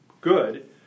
good